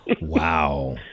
Wow